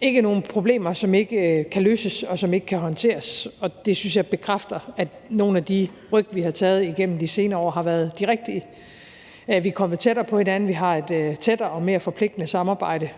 ikke nogen problemer, som ikke kan løses, og som ikke kan håndteres. Jeg synes, at det bekræfter, at nogle af de ryk, vi har taget igennem de senere år, har været de rigtige. Vi er kommet tættere på hinanden. Vi har et tættere og mere forpligtende samarbejde